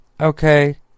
okay